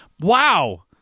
Wow